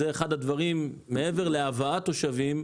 מעבר להבאת תושבים,